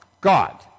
God